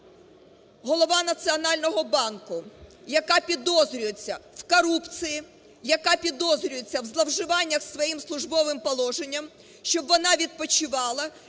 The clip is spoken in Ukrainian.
голова Національного банку, яка підозрюється в корупції, яка підозрюється у зловживаннях своїм службовим положенням, щоб вона відпочивала